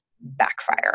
backfire